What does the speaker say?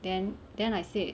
then then I said